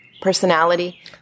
personality